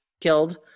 killed